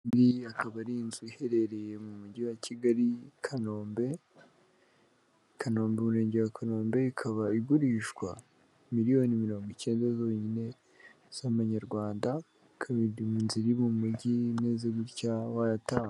Akaba ari inzu iherereye mu mujyi wa Kigali kanombe i Kanombe umurenge wa Kanombe, ikaba igurishwa miliyoni mirongo icyenda zonyine z'amanyarwanda, ikaba iri mu nzira iri mu mujyi imeze gutya watanga.